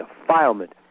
defilement